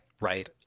right